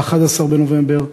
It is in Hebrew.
11 בנובמבר,